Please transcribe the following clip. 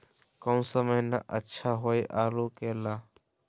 कौन सा महीना अच्छा होइ आलू के ला?